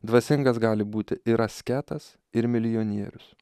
dvasingas gali būti ir asketas ir milijonierius